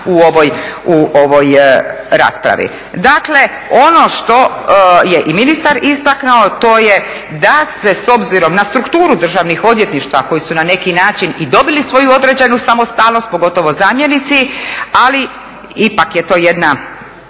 u ovoj raspravi. Dakle, ono što je i ministar istaknuto, to je da se s obzirom na strukturu državnih odvjetništva koji su na neki način i dobili svoju određenu samostalnost, pogotovo zamjenici, ali ipak je to jedna